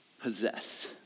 possess